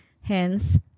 hence